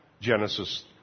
Genesis